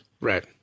Right